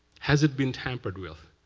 has it been tampered with?